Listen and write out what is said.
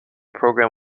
program